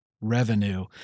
revenue